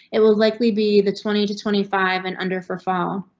it will likely be the twenty to twenty five and under for fall.